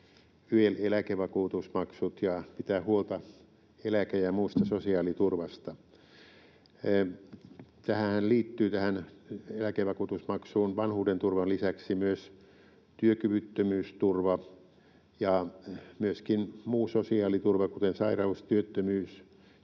YEL-eläkevakuutusmaksut ja pitää huolta eläke- ja muusta sosiaaliturvasta. Tähän eläkevakuutusmaksuun liittyvät vanhuudenturvan lisäksi työkyvyttömyysturva ja muu sosiaaliturva, kuten sairaus‑, työttömyys-